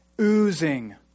oozing